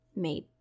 made